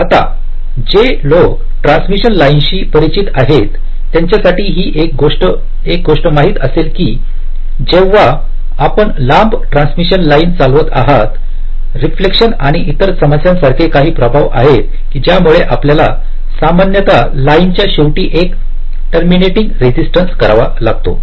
आता जे लोक ट्रान्समिशन लाईनशी परिचित आहेत त्यांच्यासाठी ही एक गोष्ट माहीत असेल की जेव्हा आपण लांब ट्रान्समिशन लाइन चालवित आहातरिफ्लेक्शन आणि इतर समस्यांसारखे काही प्रभाव आहेत ज्यामुळे आपल्याला सामान्यतः लाईन च्या शेवटी एक टर्मिनेटइंग रेजिस्टन्स करावा लागतो